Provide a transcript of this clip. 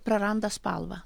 praranda spalvą